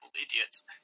idiots